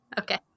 Okay